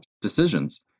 decisions